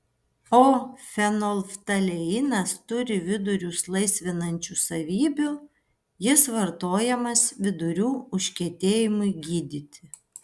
o fenolftaleinas turi vidurius laisvinančių savybių jis vartojamas vidurių užkietėjimui gydyti